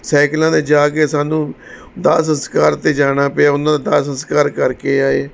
ਸਾਈਕਲਾਂ 'ਤੇ ਜਾ ਕੇ ਸਾਨੂੰ ਦਾਹ ਸੰਸਕਾਰ 'ਤੇ ਜਾਣਾ ਪਿਆ ਉਹਨਾਂ ਦਾਹ ਸੰਸਕਾਰ ਕਰਕੇ ਆਏ